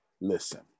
listen